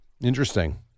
Interesting